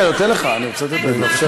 זה לזרוע שנאה.